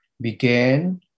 began